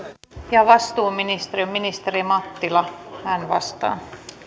veteraaneilta vastuuministeri on ministeri mattila hän vastaa